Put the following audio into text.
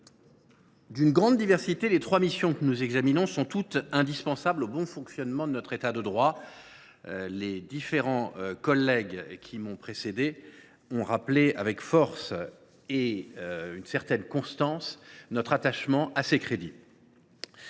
d’une grande diversité, sont toutes indispensables au bon fonctionnement de notre État de droit. Les différents collègues qui m’ont précédé ont rappelé avec force et une certaine constance notre attachement à ces crédits.